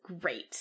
great